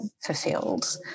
fulfilled